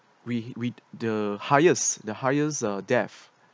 with with the highest the highest uh death